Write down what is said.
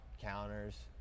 counters